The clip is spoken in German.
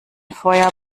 feuer